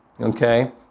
Okay